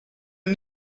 een